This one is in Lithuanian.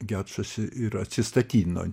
gečas ir atsistatydino